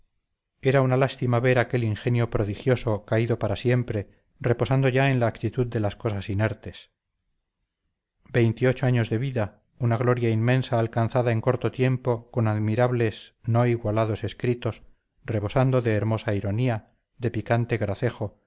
era una lástima ver aquel ingenio prodigioso caído para siempre reposando ya en la actitud de las cosas inertes veintiocho años de vida una gloria inmensa alcanzada en corto tiempo con admirables no igualados escritos rebosando de hermosa ironía de picante gracejo